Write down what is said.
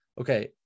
okay